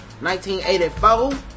1984